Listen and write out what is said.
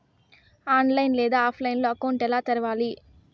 online లేదా ఆఫ్లైన్లో account ఎలా తెరవాలి